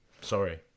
Sorry